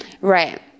Right